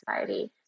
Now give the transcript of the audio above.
Society